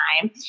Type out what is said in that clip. time